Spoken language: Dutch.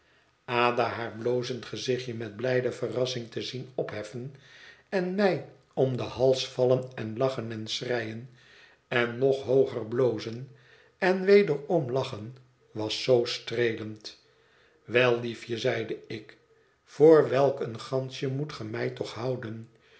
haar blozend gezichtje met blijde verrassing te zien opheffen en mij om den hals vallen en lachen en schreien en nog hooger blozen en wederom lachen was zoo streelend wel liefje zeide ik voor welk een gansje moet ge mij toch houden